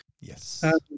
yes